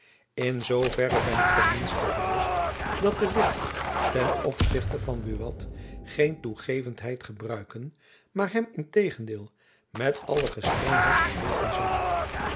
in zoo verre ben ik ten minsten gerust dat de witt ten opzichte van buat geen toegevendheid gebruiken maar hem integendeel met alle gestrengheid vervolgen zal